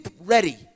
ready